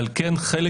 על כן חלק